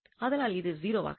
ஆதலால் இது 0 ஆகாது